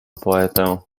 poetę